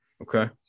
Okay